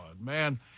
Man